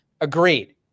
Agreed